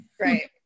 right